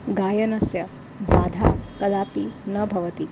गायनस्य बाधा कदापि न भवति